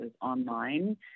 online